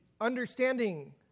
understanding